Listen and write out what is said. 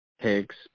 takes